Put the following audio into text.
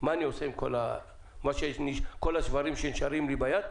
מה אני עושה עם כל השברים שנשארים לי ביד,